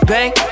Bang